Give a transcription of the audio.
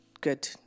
good